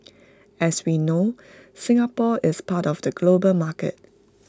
as we know Singapore is part of the global market